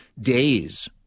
days